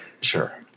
Sure